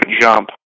jump